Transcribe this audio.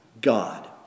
God